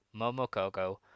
Momokogo